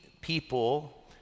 people